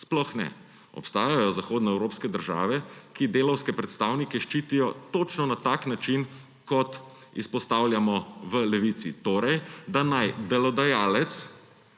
sploh ne. Obstajajo zahodnoevropske države, ki delavske predstavnike ščitijo točno na tak način, kot izpostavljamo v Levici, torej da naj delodajalec